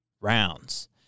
rounds